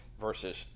versus